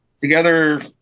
Together